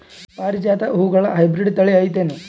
ಪಾರಿಜಾತ ಹೂವುಗಳ ಹೈಬ್ರಿಡ್ ಥಳಿ ಐತೇನು?